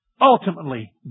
ultimately